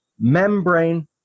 membrane